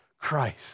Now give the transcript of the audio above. Christ